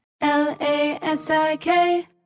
L-A-S-I-K